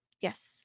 Yes